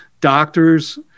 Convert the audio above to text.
doctors